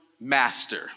master